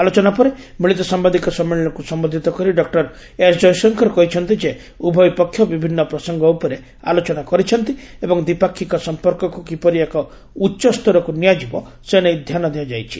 ଆଲୋଚନା ପରେ ମିଳିତ ସାମ୍ବାଦିକ ସମ୍ମିଳନୀକୁ ସମ୍ବୋଧିତ କରି ଡକ୍ଟର ଏସ ଜୟଶଙ୍କର କହିଛନ୍ତି ଯେ ଉଭୟ ପକ୍ଷ ବିଭିନ୍ନ ପ୍ରସଙ୍ଗ ଉପରେ ଆଲୋଚନା କରିଛନ୍ତି ଏବଂ ଦ୍ୱିପାକ୍ଷିକ ସମ୍ପର୍କକୁ କିପରି ଏକ ଉଚ୍ଚ ସ୍ତରକୁ ନିଆଯିବ ସେନେଇ ଧ୍ୟାନ ଦିଆଯାଇଛି